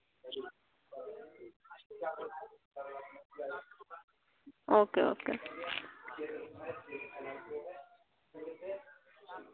okay okay